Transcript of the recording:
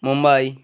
Mumbai